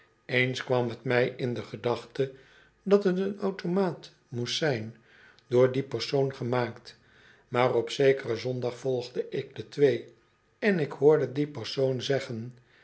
eens kwam t mij in de gedachte dat t een automaat moest zyn door dien persoon gemaakt maar op zekeren zondag volgde ik de twee en ik hoorde dien persoon zeggen